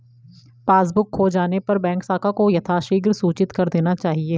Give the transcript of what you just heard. passbook खो जाने पर बैंक शाखा को यथाशीघ्र सूचित कर देना चाहिए